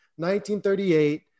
1938